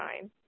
time